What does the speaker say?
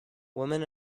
women